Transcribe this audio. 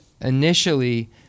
initially